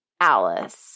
Alice